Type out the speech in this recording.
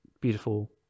beautiful